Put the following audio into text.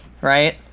right